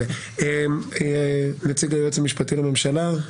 נציג היועץ המשפטי לממשלה.